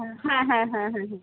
হ্যাঁ হ্যাঁ হ্যাঁ হ্যাঁ হ্যাঁ হ্যাঁ